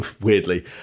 weirdly